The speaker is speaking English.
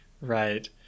right